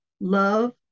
love